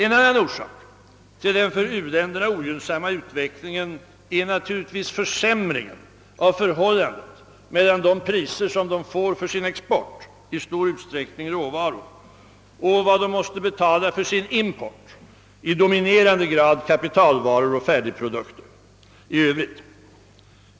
En annan orsak till den för u-länderna ogynnsamma utvecklingen är naturligtvis försämringen av förhållandet mellan de priser som de får för sin ex port — i stor utsträckning råvaror — och vad de måste betala för sin import — i dominerande grad kapital varor och färdigprodukter i övrigt.